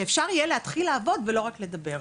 שאפשר יהיה להתחיל לעבוד ולא רק לדבר.